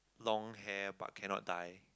long hair but cannot dye